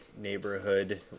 neighborhood